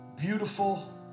beautiful